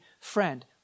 friend